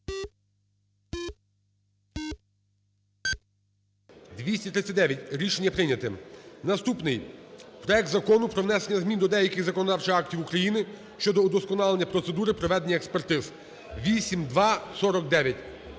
За-239 Рішення прийняте. Наступний. Проект Закону про внесення змін до деяких законодавчих актів України щодо удосконалення процедури проведення експертиз (8249).